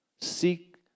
Seek